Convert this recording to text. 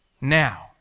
now